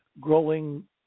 growing